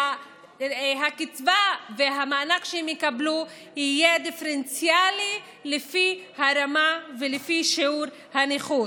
שהקצבה והמענק שהם יקבלו יהיו דיפרנציאליים לפי הרמה ולפי שיעור הנכות.